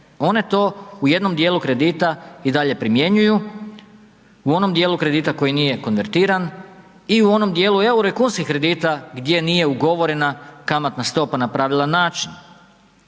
One to u jednom djelu kredita i dalje primjenjuju, u onom djelu kredita koji nije konvertiran i u onom djelu eura kunskih kredita gdje nije ugovorena kamatna stopa na pravilan način.